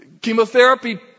Chemotherapy